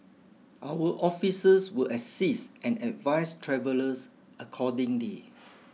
our officers will assist and advise travellers accordingly